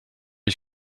ich